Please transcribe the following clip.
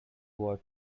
war